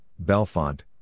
Belfont